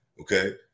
Okay